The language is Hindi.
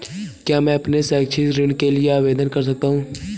क्या मैं अपने शैक्षिक ऋण के लिए आवेदन कर सकता हूँ?